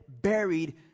buried